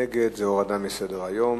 נגד זה הורדה מסדר-היום.